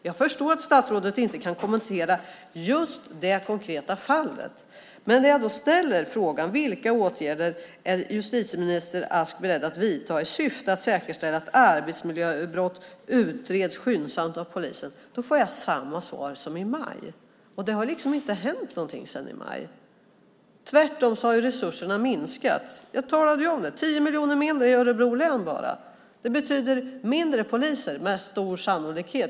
Jag förstår att statsrådet inte kan kommentera just det konkreta fallet, men jag ställer frågan: Vilka åtgärder är justitieminister Ask beredd att vidta i syfte att säkerställa att arbetsmiljöbrott utreds skyndsamt av polisen? Och jag får samma svar som i maj. Det har liksom inte hänt någonting sedan i maj. Tvärtom har resurserna minskat. Jag talade ju om det. Det är 10 miljoner mindre bara i Örebro län. Det betyder färre poliser - med stor sannolikhet.